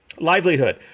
Livelihood